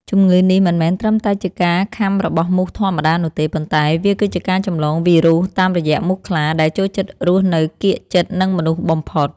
ជំងឺនេះមិនមែនត្រឹមតែជាការខាំរបស់មូសធម្មតានោះទេ ប៉ុន្តែវាគឺជាការចម្លងវីរុសតាមរយៈមូសខ្លាដែលចូលចិត្តរស់នៅកៀកជិតនឹងមនុស្សបំផុត។